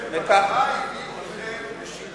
מה הביא אתכם לשינוי